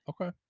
okay